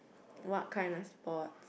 what kind of sports